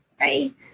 right